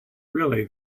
really